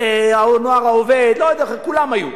"הנוער העובד", כולם היו.